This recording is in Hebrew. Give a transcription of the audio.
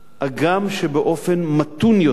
הגם שבאופן מתון יותר,